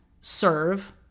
serve